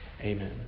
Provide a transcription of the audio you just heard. Amen